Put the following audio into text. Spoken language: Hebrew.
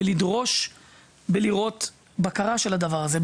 בלדרוש לראות בקרה של הדבר הזה,